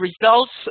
results